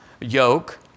yoke